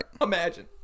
Imagine